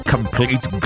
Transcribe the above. Complete